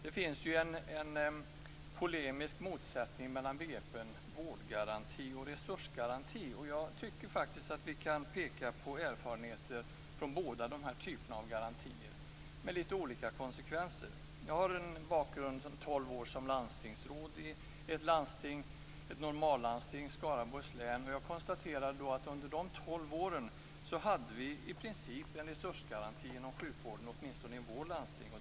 Det finns ju en polemisk motsättning mellan begreppen vårdgaranti och resursgaranti, och man kan peka på erfarenheter från båda dessa typer av garantier som har lett till lite olika konsekvenser. Jag har varit landstingsråd i tolv år i ett normallandsting, Skaraborgs län, och jag kan konstatera att under dessa tolv år hade vi i princip en resursgaranti i sjukvården, åtminstone inom det landstinget.